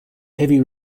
heavy